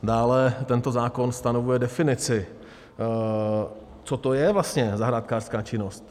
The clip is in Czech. Dále tento zákon stanovuje definici, co to je vlastně zahrádkářská činnost.